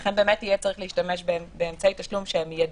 לכן צריך יהיה להשתמש באמצעי תשלום מידיים.